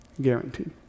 guaranteed